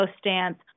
stance